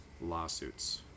lawsuits